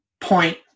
point